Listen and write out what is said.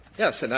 yes. and